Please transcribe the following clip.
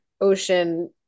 ocean